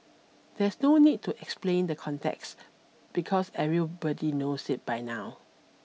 there's no need to explain the context because everybody knows it by now